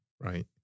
Right